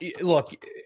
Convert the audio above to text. look